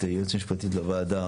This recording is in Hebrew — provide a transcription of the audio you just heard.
את היועצת המשפטית לוועדה,